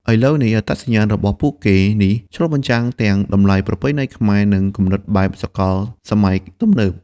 ឥឡូវនេះ អត្តសញ្ញាណរបស់ពួកគេនេះឆ្លុះបញ្ចាំងទាំងតម្លៃប្រពៃណីខ្មែរ និងគំនិតបែបសកលសម័យទំនើប។